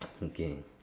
okay